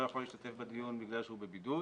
יכול להשתתף בדיון בגלל שהוא בבידוד,